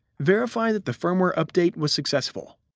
verify that the firmware update was successful.